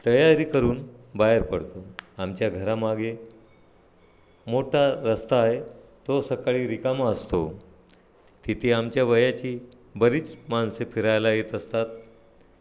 तयारी करून बाहेर पडतो आमच्या घरामागे मोठा रस्ता आहे तो सकाळी रिकामा असतो तिथे आमच्या वयाची बरीच माणसे फिरायला येत असतात